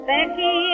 Becky